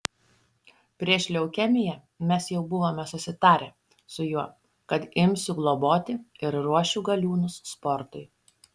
prieš leukemiją mes jau buvome susitarę su juo kad imsiu globoti ir ruošiu galiūnus sportui